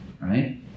Right